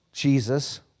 Jesus